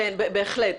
בהחלט.